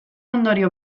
ondorio